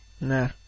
Nah